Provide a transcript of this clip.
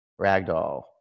ragdoll